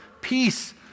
peace